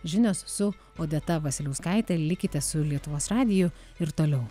žinios su odeta vasiliauskaite likite su lietuvos radiju ir toliau